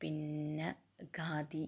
പിന്നെ ഖാദി